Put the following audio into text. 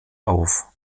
auf